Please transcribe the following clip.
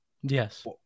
Yes